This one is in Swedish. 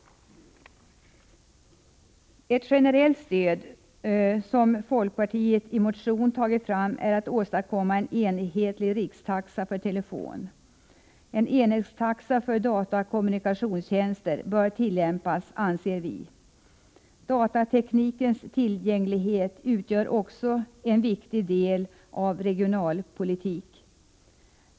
Folkpartiet har i en motion föreslagit ett generellt stöd för att man skall åstadkomma en enhetlig rikstaxa för telefon. Vi anser att en enhetstaxa för dataoch kommunikationstjänster bör tillämpas. Datateknikens tillgänglighet utgör också en viktig del av regionalpolitiken.